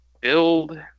build